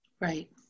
Right